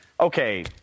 okay